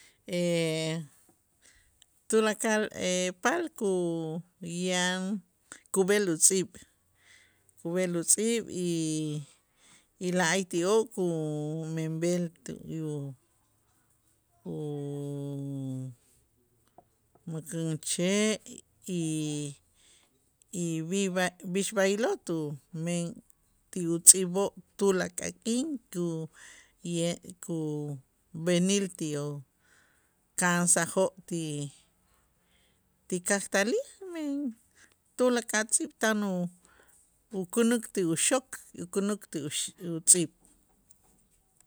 Tulakal paal kuyaan kub'el utz'iib', kub'el utz'iib' y la'ayti'oo' kumenb'el tu yu mäkänche' y viva b'ix b'aylo' tu men ti utz'iib'oo' tulakal k'in ku ye kub'enil ti o ka'ansajoo' ti- ti kajtalil men tulakal tz'iib' tan u- ukänäk ti uxok y känäk ti utz'iib'.